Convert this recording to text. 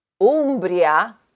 Umbria